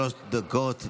שלוש דקות לתגובה.